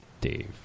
Dave